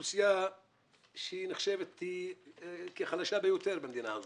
אוכלוסייה שנחשבת כחלשה ביותר במדינה,